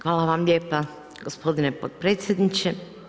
Hvala vam lijepa gospodine potpredsjedniče.